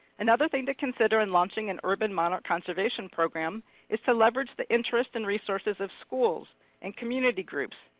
another thing to consider in launching an urban monarch conservation program is to leverage the interest and resources of schools and community groups,